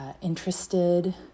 interested